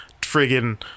friggin